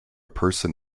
person